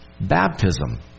Baptism